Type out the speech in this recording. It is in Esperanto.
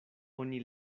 oni